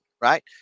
right